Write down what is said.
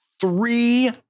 three